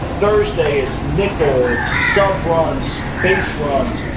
thursday it's nickel, it's sub runs, base runs.